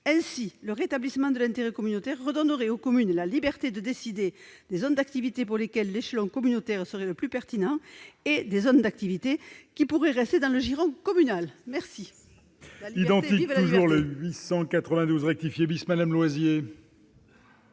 Ainsi, le rétablissement de l'intérêt communautaire redonnerait aux communes la liberté de décider des zones d'activités pour lesquelles l'échelon communautaire serait le plus pertinent et de celles qui pourraient rester dans le giron communal. La